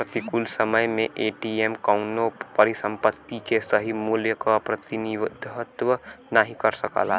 प्रतिकूल समय में एम.टी.एम कउनो परिसंपत्ति के सही मूल्य क प्रतिनिधित्व नाहीं कर सकला